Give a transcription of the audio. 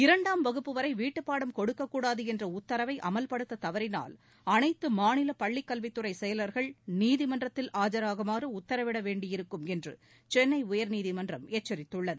இரண்டாம் வகுப்பு வரை வீட்டுப்பாடம் கொடுக்கக்கூடாது என்ற உத்தரவை அமல்படுத்த தவறினால் அனைத்து மாநில பள்ளிகல்வித் துறை செயலா்கள் நீதிமன்றத்தில் ஆஜராகுமாறு உத்தரவிட வேண்டியிருக்கும் என்று சென்னை உயர்நீதிமன்றம் எச்சரித்துள்ளது